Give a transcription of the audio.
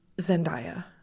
Zendaya